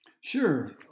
Sure